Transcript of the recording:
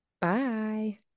Bye